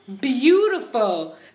beautiful